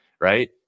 right